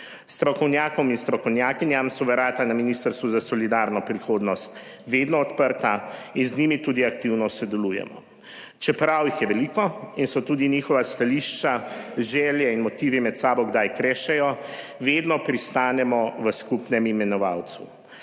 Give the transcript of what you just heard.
Strokovnjakom in strokovnjakinjam so vrata na Ministrstvu za solidarno prihodnost vedno odprta in z njimi tudi aktivno sodelujemo. Čeprav jih je veliko in so tudi njihova stališča, želje in motivi med sabo kdaj krešejo, vedno pristanemo v skupnem imenovalcu.